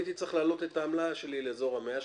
הייתי צריך להעלות את העמלה שלי לאזור ה-100 שקלים,